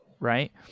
right